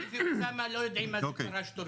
אני ואוסאמה לא יודעים מה זה פרש תורכי.